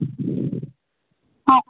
ਹਾਂ